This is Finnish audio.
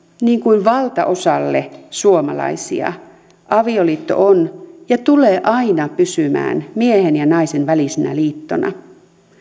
niin kuin valtaosalle suomalaisia avioliitto on ja tulee aina pysymään miehen ja naisen välisenä liittona